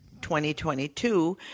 2022